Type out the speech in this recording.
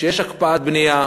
שיש הקפאת בנייה,